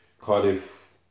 Cardiff